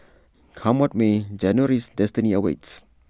come what may January's destiny awaits